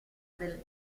del